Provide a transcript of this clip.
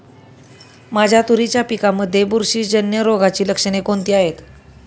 माझ्या तुरीच्या पिकामध्ये बुरशीजन्य रोगाची लक्षणे कोणती आहेत?